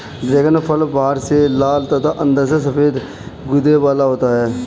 dragon फल बाहर से लाल तथा अंदर से सफेद गूदे वाला होता है